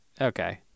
Okay